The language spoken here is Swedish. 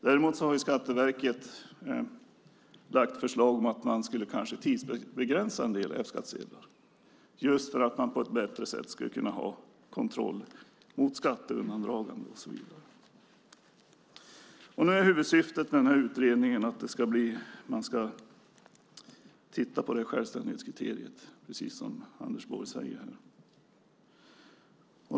Däremot har Skatteverket lagt fram förslag om att man kanske skulle tidsbegränsa en del F-skattsedlar just för att man på ett bättre sätt skulle kunna kontrollera skatteundandragande och så vidare. Huvudsyftet med utredningen är alltså att man ska titta på självständighetskriteriet, precis om Anders Borg säger.